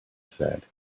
said